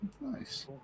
Nice